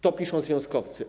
To piszą związkowcy.